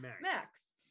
Max